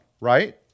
right